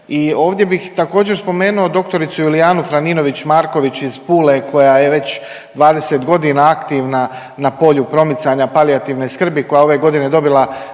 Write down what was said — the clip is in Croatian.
ovdje bih također spomenuo dr. Julijanu Franinović Marković iz Pule koja je već 20 godina aktivna na polju promicanja palijativne skrbi koja je ove godine dobila